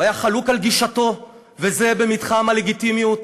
הוא היה חלוק על גישתו, וזה במתחם הלגיטימיות.